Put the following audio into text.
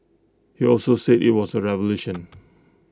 he also said IT was A revolution